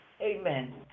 amen